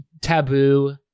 taboo